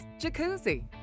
Jacuzzi